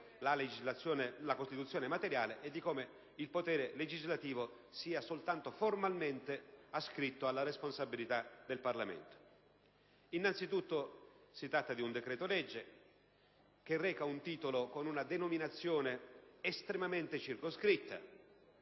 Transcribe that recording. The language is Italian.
la Costituzione materiale e di come il potere legislativo sia soltanto formalmente ascritto alla responsabilità del Parlamento. Innanzitutto, si tratta di un decreto‑legge che reca nel titolo una denominazione estremamente circoscritta: